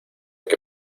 que